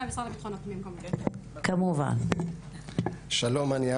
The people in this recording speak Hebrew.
ברור שהעידן הטכנולוגי שאנחנו חיים בו,